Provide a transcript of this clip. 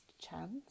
chance